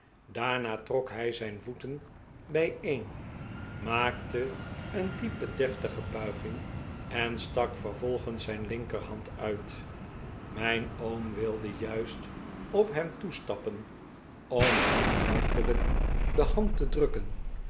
daarna trok hij zijn voeten bij een maakte een diepe deftige buig'ing en stak vervolgens zijn linkerhand uit mijn oom wilde juist op hem toestappen om hem hartelijk de hand te drukken